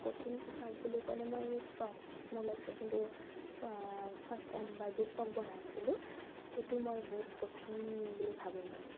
কঠিন পোচাক বুলি ক'লে মই ফ্ৰক মোৰ লাইফত যোনটো ফাৰ্ষ্ট টাইম বাৰ্বি ফ্ৰক বনাইছিলোঁ সেইটো মই বহুত কঠিন বুলি ভাবোঁ মানে